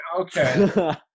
Okay